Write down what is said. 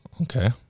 Okay